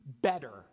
Better